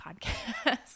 podcast